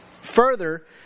Further